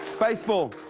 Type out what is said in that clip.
baseball,